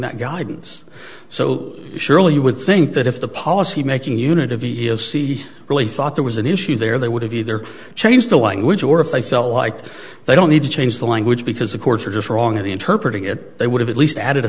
that guidance so surely you would think that if the policy making unity of c really thought there was an issue there they would have either change the language or if they felt like they don't need to change the language because the courts are just wrong at the interpret it they would have at least added a